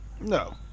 No